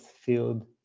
field